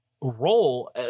role